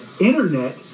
internet